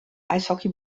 eishockey